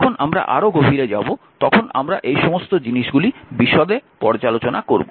যখন আমরা আরও গভীরে যাব তখন আমরা এই সমস্ত জিনিসগুলি বিশদে পর্যালোচনা করব